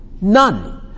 None